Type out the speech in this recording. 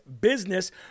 business